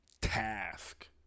task